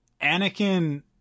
Anakin